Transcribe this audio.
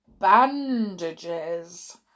bandages